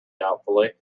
doubtfully